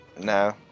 No